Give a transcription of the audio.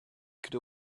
could